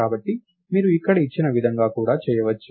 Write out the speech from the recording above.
కాబట్టి మీరు ఇక్కడ ఇచ్చిన విధంగా కూడా చేయవచ్చు